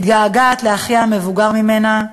מתגעגעת לאחיה המבוגר ממנה,